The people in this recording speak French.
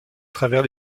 travers